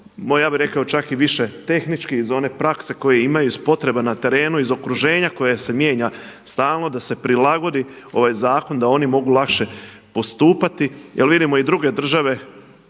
ja bih rekao čak i više tehnički iz one prakse koje ima iz potreba na terenu, iz okruženja koje se mijenja stalno da se prilagodi ovaj zakon da oni mogu lakše postupati. Jer vidimo i druge države